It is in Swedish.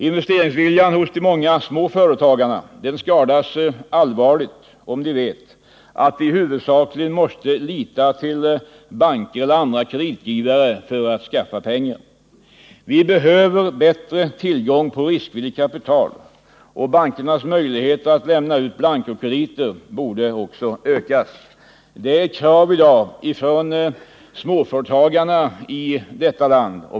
Investeringsviljan hos de många små företagarna skadas allvarligt, om de vet att de huvudsakligen måste lita till banker eller andra kreditgivare för att skaffa pengar. Vi behöver bättre tillgång till riskvilligt kapital, och bankernas möjligheter att lämna ut in blanco-krediter borde också ökas. Det är ett krav i dag från småföretagarna i detta land.